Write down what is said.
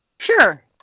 Sure